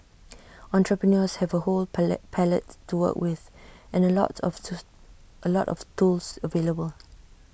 entrepreneurs have A whole palette to work with and A lot of A lot of tools available